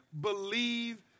believe